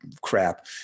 crap